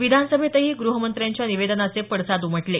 विधानसभेतही ग्रहमंत्र्यांच्या निवेदनाचे पडसाद उमटले